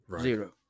zero